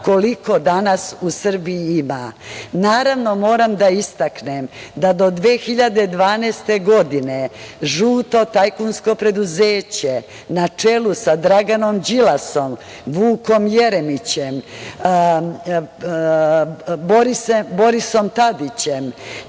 koliko danas u Srbiji ima. Naravno, moram da istaknem da do 2012. godine žuto tajkunsko preduzeće na čelu sa Draganom Đilasom, Vukom Jeremićem, Borisom Tadićem